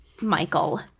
Michael